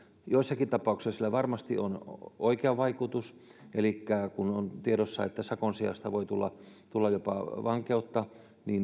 joissakin tapauksissa sillä varmasti on oikea vaikutus elikkä kun on tiedossa että sakon sijasta voi tulla tulla jopa vankeutta